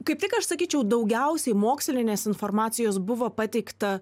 kaip tik aš sakyčiau daugiausiai mokslinės informacijos buvo pateikta